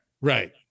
Right